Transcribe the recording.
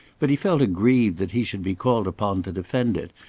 but he felt aggrieved that he should be called upon to defend it,